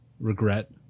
regret